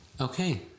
Okay